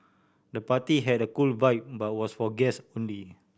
the party had a cool vibe but was for guests only